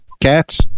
cats